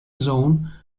zone